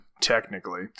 technically